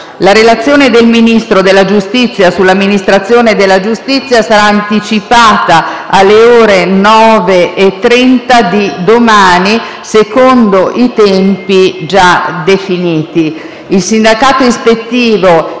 La relazione del Ministro della giustizia sull'amministrazione della giustizia sarà anticipata alle ore 9,30 di domani, secondo i tempi già definiti. Il sindacato ispettivo